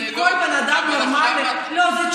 כי כל בן אדם נורמלי, אבל עכשיו זה לילות.